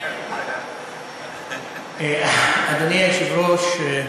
אדוני היושב-ראש,